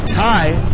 tie